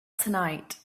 tonight